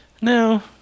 No